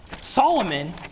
Solomon